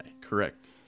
Correct